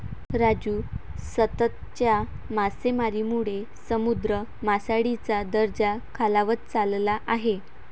राजू, सततच्या मासेमारीमुळे समुद्र मासळीचा दर्जा खालावत चालला आहे